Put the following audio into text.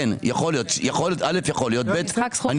ראש עיר